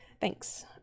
Thanks